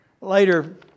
later